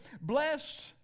blessed